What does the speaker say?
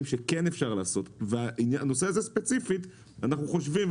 שכן אפשר לעשות ובנושא הזה ספציפית אנחנו חושבים,